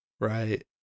right